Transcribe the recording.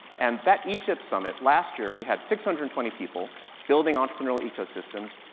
and that e-ship summit last year, we had six hundred and twenty people building entrepreneurial ecosystems,